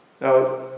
Now